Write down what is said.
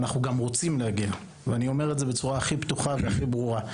אנחנו גם רוצים להגיע ואני אומר את זה בצורה הכי פתוחה והכי ברורה.